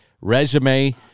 resume